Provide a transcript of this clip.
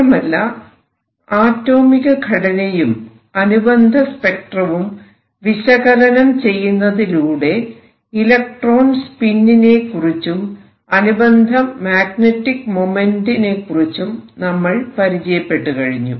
മാത്രമല്ല ആറ്റോമിക ഘടനയും അനുബന്ധ സ്പെക്ട്രവും വിശകലനം ചെയ്യുന്നതിലൂടെ ഇലക്ട്രോൺ സ്പിന്നിനെക്കുറിച്ചും അനുബന്ധ മാഗ്നെറ്റിക് മൊമെന്റ് നെക്കുറിച്ചും നമ്മൾ പരിചയപ്പെട്ടു കഴിഞ്ഞു